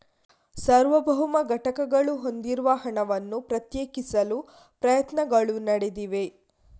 ಸಾರ್ವಭೌಮ ಘಟಕಗಳು ಹೊಂದಿರುವ ಹಣವನ್ನು ಪ್ರತ್ಯೇಕಿಸಲು ಪ್ರಯತ್ನಗಳು ನಡೆದಿವೆ